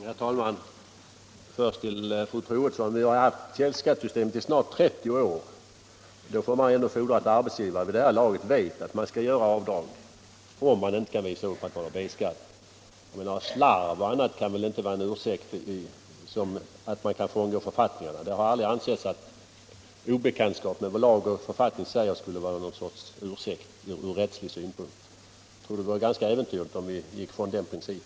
Herr talman! Först till fru Troedsson! Vi har haft källskattesystem = Ändring i uppbördsi snart trettio år. Då får man ändå fordra att arbetsgivare vid det här = lagen, m.m. laget vet att de skall göra avdrag om arbetstagaren inte kan visa att han betalar B-skatt. Slarv och okunnighet kan inte vara en ursäkt för att man bryter mot författningarna. Det har aldrig ansetts att obekantskap med lagar och författningar skulle utgöra något slags ursäkt från rättslig synpunkt. Det skulle vara ganska äventyrligt om vi gick ifrån den principen.